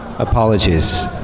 Apologies